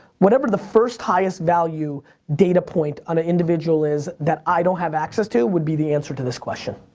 whatever the first highest value data point on an ah individual is, that i don't have access to, would be the answer to this question.